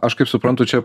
aš kaip suprantu čia